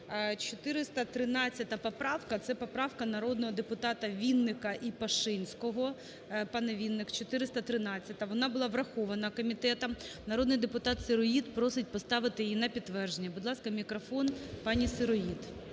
413 поправка, це поправка народного депутата Вінника і Пашинського. Пане Вінник, 413, вона була врахована комітетом, народний депутат Сироїд просить поставити її на підтвердження. Будь ласка, мікрофон пані Сироїд.